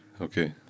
Okay